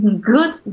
good